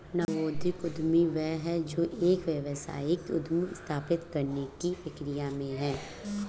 नवोदित उद्यमी वह है जो एक व्यावसायिक उद्यम स्थापित करने की प्रक्रिया में है